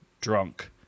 drunk